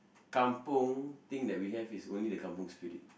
kampung thing that we have is only the kampung spirit